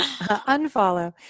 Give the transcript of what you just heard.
Unfollow